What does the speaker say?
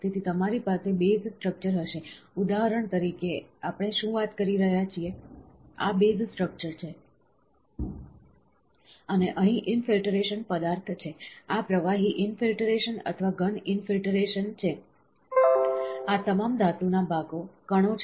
તેથી તમારી પાસે બેઝ સ્ટ્રક્ચર હશે ઉદાહરણ તરીકે આપણે શું વાત કરી રહ્યા છીએ આ બેઝ સ્ટ્રક્ચર છે અને અહીં ઈનફિલ્ટરેશન પદાર્થ છે આ પ્રવાહી ઈનફિલ્ટરેશન અથવા ઘન ઈનફિલ્ટરેશન છે આ તમામ ધાતુના ભાગો કણો છે